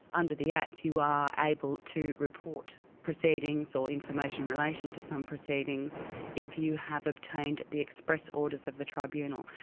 under the act you are able to report proceedings or information relating to some proceedings if you have obtained the express orders of the tribunal.